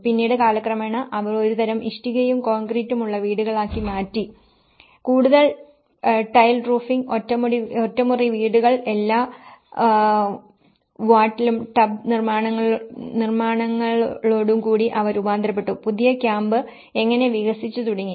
പിന്നീട് കാലക്രമേണ അവർ ഒരുതരം ഇഷ്ടികയും കോൺക്രീറ്റും ഉള്ള വീടുകളാക്കി മാറ്റി കൂടുതലും ടൈൽ റൂഫിംഗ് ഒറ്റമുറി വീടുകൾ എല്ലാ വാട്ടലും ഡബ്ബ് നിർമ്മാണങ്ങലോഡും കൂടി അവ രൂപാന്തരപ്പെട്ടു പുതിയ ക്യാമ്പ് എങ്ങനെ വികസിച്ചു തുടങ്ങി